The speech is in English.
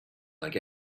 like